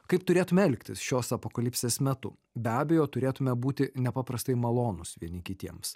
kaip turėtume elgtis šios apokalipsės metu be abejo turėtume būti nepaprastai malonūs vieni kitiems